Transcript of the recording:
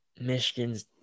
michigan's